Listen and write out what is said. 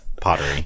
pottery